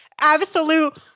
absolute